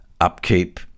upkeep